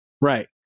Right